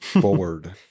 forward